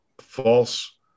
false